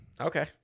Okay